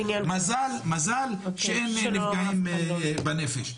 מזל שלא היו נפגעים בנפש.